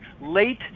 late